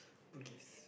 Bugis